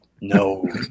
No